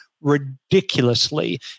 ridiculously